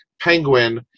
Penguin